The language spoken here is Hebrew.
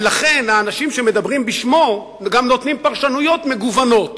ולכן האנשים שמדברים בשמו גם נותנים פרשנויות מגוונות.